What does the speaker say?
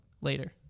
later